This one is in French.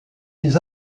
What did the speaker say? les